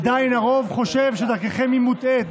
עדיין הרוב חושב שדרככם מוטעית,